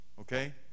Okay